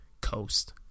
coast